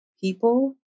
people